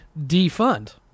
defund